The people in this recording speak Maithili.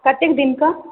कतेक दिनके